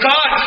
God